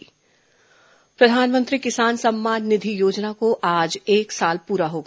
PM Kisan सम्मान निधि प्रधानमंत्री किसान सम्मान निधि योजना को आज एक साल पूरा हो गया